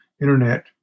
Internet